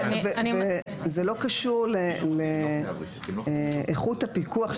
זה לא קשור לאיכות הפיקוח,